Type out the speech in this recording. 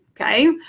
Okay